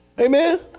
Amen